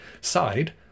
side